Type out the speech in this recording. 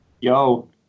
Yo